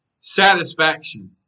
Satisfaction